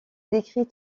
décrit